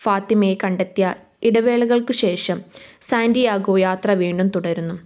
ഫാത്തിമയെ കണ്ടെത്തിയ ഇടവേളകൾക്ക് ശേഷം സാൻഡിയാഗോ യാത്ര വീണ്ടും തുടരുന്നു